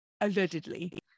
allegedly